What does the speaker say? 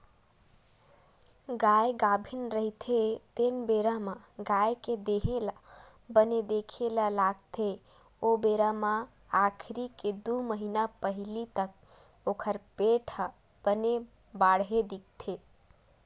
गाय गाभिन रहिथे तेन बेरा म गाय के देहे ल बने देखे ल लागथे ओ बेरा म आखिरी के दू महिना पहिली तक ओखर पेट ह बने बाड़हे दिखथे